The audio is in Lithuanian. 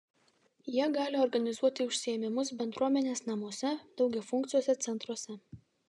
jie gali organizuoti užsiėmimus bendruomenės namuose daugiafunkciuose centruose